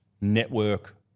network